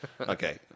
Okay